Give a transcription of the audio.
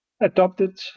adopted